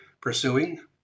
pursuing